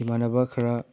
ꯏꯃꯥꯟꯅꯕ ꯈꯔ